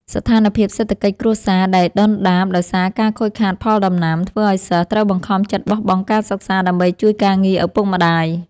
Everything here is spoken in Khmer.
ស្ថានភាពសេដ្ឋកិច្ចគ្រួសារដែលដុនដាបដោយសារការខូចខាតផលដំណាំ ធ្វើឱ្យសិស្សត្រូវបង្ខំចិត្តបោះបង់ការសិក្សាដើម្បីជួយការងារឪពុកម្តាយ។